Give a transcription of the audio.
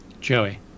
Joey